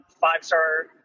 five-star